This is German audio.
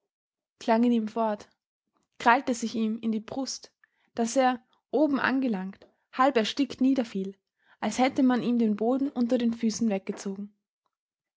klang in ihm fort krallte sich ihm in die brust daß er oben angelangt halb erstickt niederfiel als hätte man ihm den boden unter den füßen weggezogen